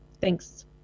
Thanks